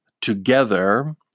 together